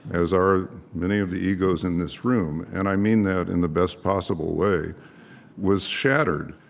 as are many of the egos in this room and i mean that in the best possible way was shattered.